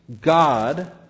God